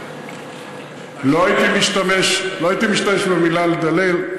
לא הייתי משתמש במילה "לדלל",